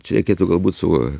čia reikėtų galbūt su